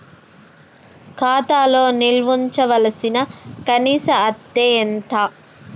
ఖాతా లో నిల్వుంచవలసిన కనీస అత్తే ఎంత?